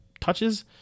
touches